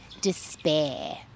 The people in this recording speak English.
despair